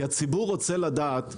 כי הציבור רוצה לדעת.